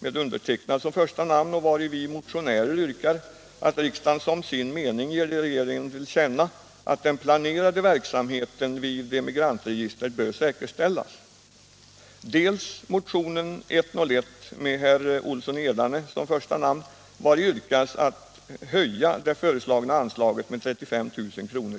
med mitt namn som det första, vari vi motionärer yrkar att riksdagen som sin mening ger regeringen till känna att den planerade verksamheten vid Emigrantregistret bör säkerställas, dels motionen 101 med herr Olsson i Edane som första namn, vari yrkas höjning av det föreslagna anslaget med 35 000 kr.